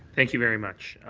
thank you very much.